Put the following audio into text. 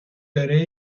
کاره